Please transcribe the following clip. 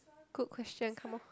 good question some more